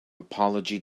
apology